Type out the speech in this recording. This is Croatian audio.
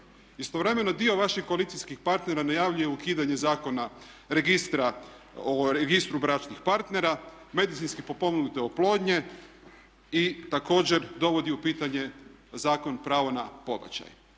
Istovremeno dio vaših koalicijskih partnera najavljuje ukidanje zakona, registra, o registru bračnih partnera, medicinski potpomognute oplodnje i također dovodi u pitanje zakon, pravo na pobačaj.